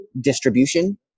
distribution